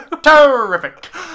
Terrific